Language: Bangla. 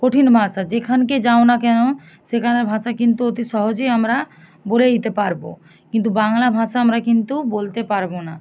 কঠিন ভাষা যেখানে যাওনা কেন সেখানের ভাষা কিন্তু অতি সহজেই আমরা বলে দিতে পারব কিন্তু বাংলা ভাষা আমরা কিন্তু বলতে পারব না